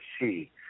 see